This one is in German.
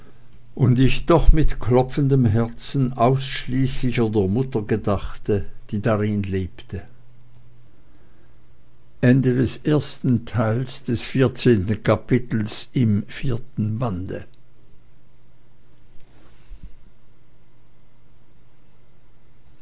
und ich doch mit klopfendem herzen ausschließlicher der mutter gedachte die darin lebte